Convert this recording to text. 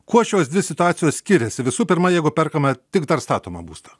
kuo šios dvi situacijos skiriasi visų pirma jeigu perkame tik dar statomą būstą